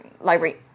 library